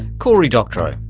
cory doctorow.